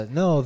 no